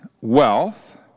wealth